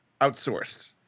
outsourced